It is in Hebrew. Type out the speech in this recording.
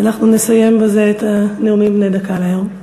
ואנחנו נסיים בזה את הנאומים בני דקה להיום.